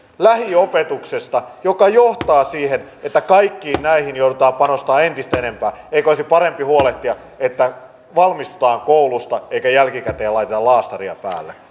lähiopetuksesta mikä johtaa siihen että kaikkiin näihin joudutaan panostamaan entistä enemmän eikö olisi parempi huolehtia että valmistutaan koulusta eikä jälkikäteen laittaa laastaria päälle